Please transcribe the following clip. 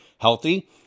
healthy